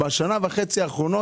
בשנה וחצי האחרונות,